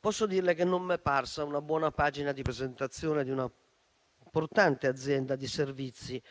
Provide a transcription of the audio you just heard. Posso dirle che non mi è parsa una buona pagina di presentazione per un'importante azienda di servizi